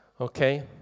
okay